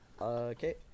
Okay